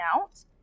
out